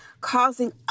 causing